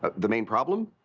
but the main problem?